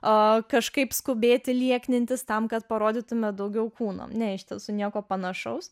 o kažkaip skubėti lieknintis tam kad parodytumėme daugiau kūno ne iš tiesų nieko panašaus